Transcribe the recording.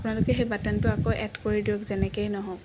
আপোনালোকে সেই বাটানটো আকৌ এড কৰি দিয়ক যেনেকৈ নহওক